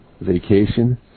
vacation